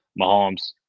Mahomes